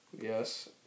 Yes